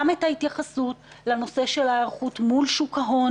את ההתייחסות לנושא ההיערכות מול שוק ההון.